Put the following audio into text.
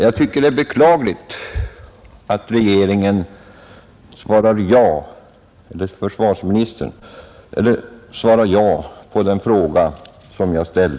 Jag finner det beklagligt att försvarsministern svarar ja på den fråga som jag ställt.